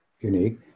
unique